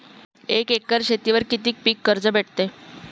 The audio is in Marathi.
एक एकर शेतीवर किती पीक कर्ज भेटते?